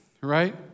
Right